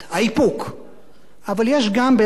אבל יש גם בהחלט מלה לתקשורת.